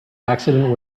accident